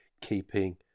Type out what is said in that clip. keeping